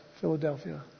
Philadelphia